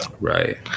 Right